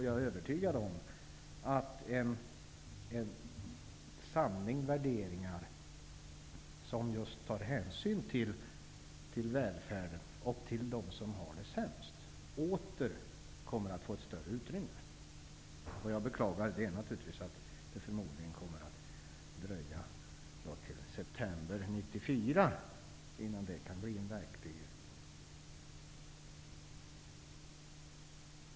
Jag är övertygad om att en samling värderingar, som just innebär att man tar hänsyn till välfärden och till dem som har det sämst, åter kommer att få ett större utrymme. Jag beklagar naturligtvis att det förmodligen kommer att dröja till september 1994 innan det kan bli verklighet.